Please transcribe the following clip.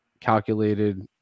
calculated